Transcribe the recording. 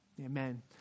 Amen